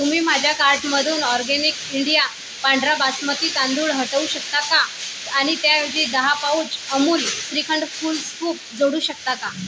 तुम्ही माझ्या कार्टमधून ऑरगॅनिक इंडिया पांढरा बासमती तांदूळ हटवू शकता का आणि त्याऐवजी दहा pouch Amul shrikhand cool scoop जोडू शकता का